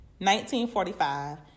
1945